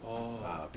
orh